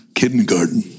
kindergarten